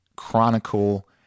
chronicle